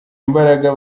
imbaraga